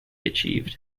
achieved